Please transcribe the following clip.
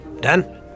Dan